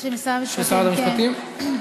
של משרד המשפטים, כן.